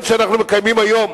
שאנחנו מקיימים היום,